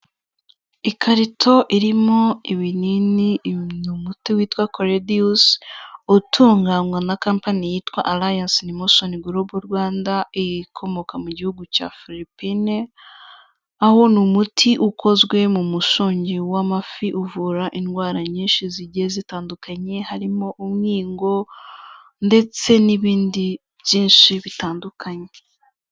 Ikarito irimo ibinini ni umuti witwa kolediyusR utunganywa na company yitwa alayase inimoshoni gorobo Rwanda ikomoka mu gihugu cya Philipine, aho ni umuti ukozwe mu mushongi w'amafi uvura indwara nyinshi zigiye zitandukanye harimo umwingo ndetse n'ibindi byinshi bitandukanye.